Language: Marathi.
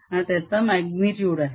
हा त्याचा म्याग्नितुड आहे